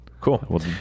Cool